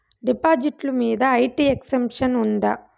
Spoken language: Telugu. డిపాజిట్లు మీద ఐ.టి ఎక్సెంప్షన్ ఉందా?